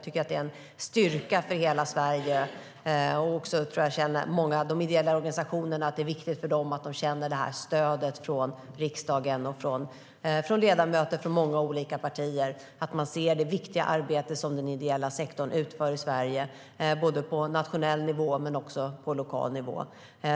Detta är en styrka för hela Sverige, och det är viktigt för de ideella organisationerna att känna detta stöd från riksdagen och att ledamöter från många olika partier ser det viktiga arbete som den ideella sektorn utför i Sverige, både på nationell och på lokal nivå.